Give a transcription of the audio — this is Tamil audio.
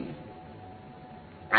மாணவர் எனக்கு